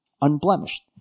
unblemished